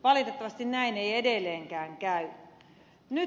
valitettavasti näin ei edelleenkään käy